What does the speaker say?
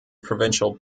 provincial